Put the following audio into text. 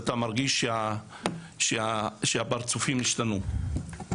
אתה מרגיש שהפרצופים השתנו.